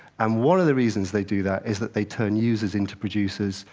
um one of the reasons they do that is that they turn users into producers,